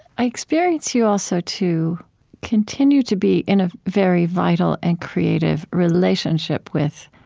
i experience you, also, to continue to be in a very vital and creative relationship with